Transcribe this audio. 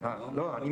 עוזי, אני